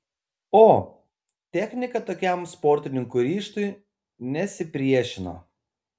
o technika tokiam sportininkų ryžtui nesipriešino